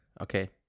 Okay